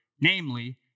Namely